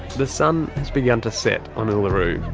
the sun has begun to set on uluru.